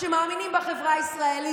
זאת אהבה,